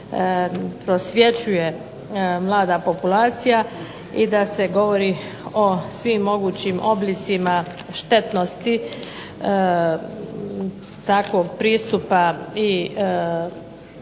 prosvjećuje mlada populacija i da se govori o svim mogućim oblicima štetnosti takvog pristupa i seksualnom